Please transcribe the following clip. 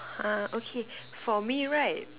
uh okay for me right